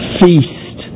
feast